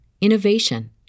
innovation